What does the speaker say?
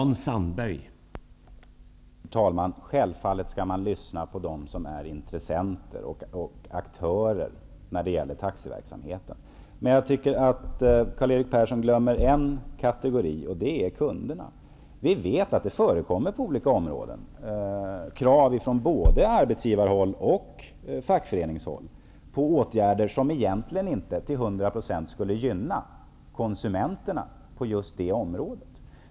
Herr talman! Självfallet skall man när det gäller taxiverksamheten lyssna på dem som är intressenter och aktörer. Men Karl-Erik Persson glömmer en kategori, nämligen kunderna. Vi vet att det förekommer krav på åtgärder från både arbetsgivarhåll och fackföreningshåll som egentligen inte till 100 % skulle gynna konsumenterna på området.